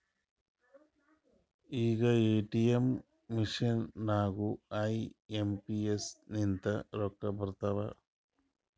ಈಗ ATM machine ನಾಗೂ I M P S ಲಿಂತೆ ರೊಕ್ಕಾ ಬರ್ತಾವ್